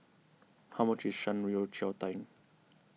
how much is Shan Rui Yao Cai Tang